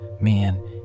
Man